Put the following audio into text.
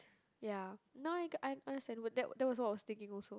ya now I I understand that that was what was sticking also